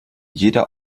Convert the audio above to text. jeder